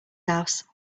house